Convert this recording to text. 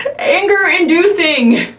anger inducing.